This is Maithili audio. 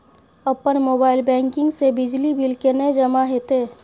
अपन मोबाइल बैंकिंग से बिजली बिल केने जमा हेते?